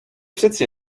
přeci